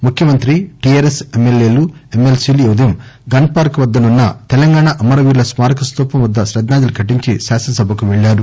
ముఖ్యమంత్రి టిఆర్ఎస్ ఎమ్మెల్యేలు ఎమ్మెల్సీలు ఈ ఉదయం గన్ పార్క్ వద్ద నున్న తెలంగాణా అమరవీరుల స్మారక స్టూపం వద్ద శ్రద్దాంజలి ఘటించి శాసనసభకు పెళ్లారు